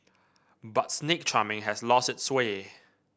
but snake charming has lost its sway